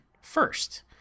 first